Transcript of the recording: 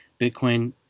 Bitcoin